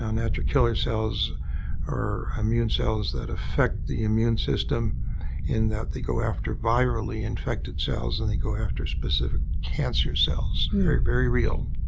ah natural killer cells are immune cells that affect the immune system in that they go after virally infected cells and they go after specific cancer cells. they're very real.